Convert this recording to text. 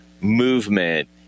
movement